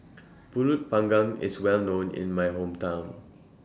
Pulut Panggang IS Well known in My Hometown